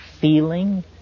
feeling